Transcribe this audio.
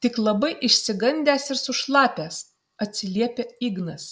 tik labai išsigandęs ir sušlapęs atsiliepia ignas